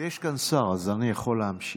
יש כאן שר, אז אני יכול להמשיך.